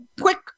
quick